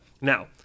Now